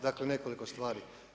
Dakle, nekoliko stvari.